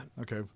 Okay